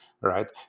right